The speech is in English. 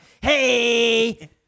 Hey